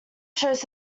shows